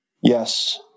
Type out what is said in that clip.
Yes